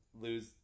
lose